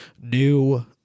new